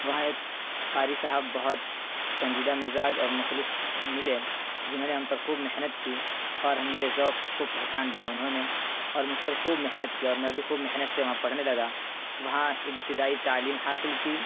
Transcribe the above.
وہاں ایک قاری صاحب بہت سنجیدہ مزاج اور مخلص ملے جنہوں نے ہم پر خوب محنت کی اور ہم میرے ذوق کو پہچان لیا انہوں نے اور مجھ پر خوب محنت کی اور میں بھی خوب محنت سے وہاں پڑھنے لگا وہاں ابتدائی تعلیم حاصل کی